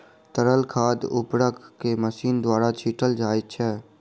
तरल खाद उर्वरक के मशीन द्वारा छीटल जाइत छै